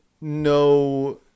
no